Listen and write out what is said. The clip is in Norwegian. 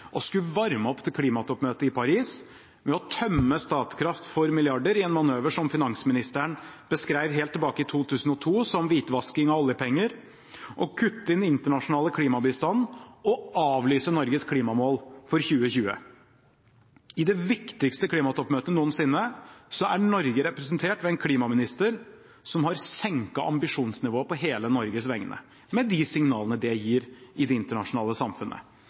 å skulle varme opp til klimatoppmøtet i Paris med å tømme Statkraft for milliarder i en manøver som finansministeren beskrev helt tilbake i 2002 som hvitvasking av oljepenger, å kutte i den internasjonale klimabistanden og å avlyse Norges klimamål for 2020. I det viktigste klimatoppmøtet noensinne er Norge representert ved en klimaminister som har senket ambisjonsnivået på hele Norges vegne, med de signalene det gir i det internasjonale samfunnet.